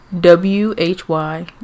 W-H-Y